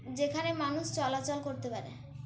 যেখানে মানুষ চলাচল করতে পারে